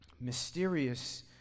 mysterious